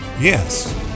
Yes